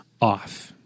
off